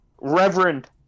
Reverend